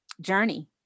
journey